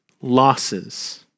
losses